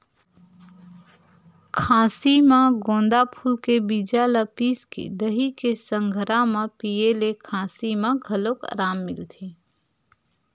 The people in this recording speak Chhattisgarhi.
खाँसी म गोंदा फूल के बीजा ल पिसके दही के संघरा म पिए ले खाँसी म घलो अराम मिलथे